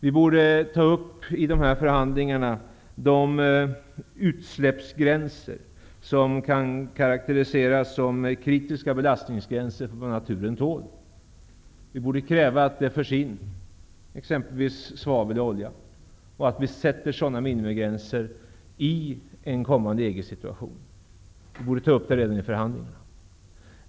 Vi borde i förhandlingarna ta upp de utsläppsgränser som kan karaktäriseras som kritiska belastningsgränser för vad naturen tål. Vi borde inför en kommande EG-situation kräva att det förs in minimigränser, exempelvis för svavel och olja. Vi borde kräva det redan i förhandlingarna.